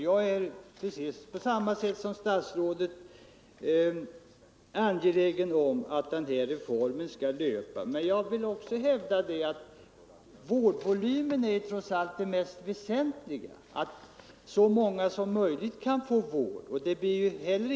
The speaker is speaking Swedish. Precis som statsrådet är jag angelägen om att den här reformen skall löpa, men jag vill hävda att vårdvolymen — att så många som möjligt kan få vård — trots allt är det mest väsentliga.